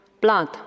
blood